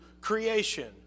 creation